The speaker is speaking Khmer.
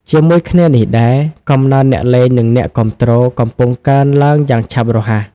ជាមួយគ្នានេះដែរ កំណើនអ្នកលេង និងអ្នកគាំទ្រ កំពុងកើនឡើងយ៉ាងឆាប់រហ័ស។